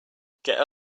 get